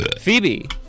phoebe